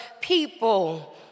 people